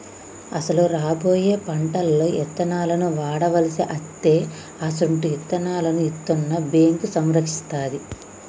అసలు రాబోయే పంటలలో ఇత్తనాలను వాడవలసి అస్తే అసొంటి ఇత్తనాలను ఇత్తన్న బేంకు సంరక్షిస్తాది